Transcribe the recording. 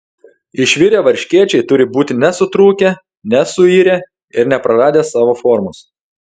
išvirę varškėčiai turi būti nesutrūkę nesuirę ir nepraradę savo formos